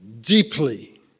deeply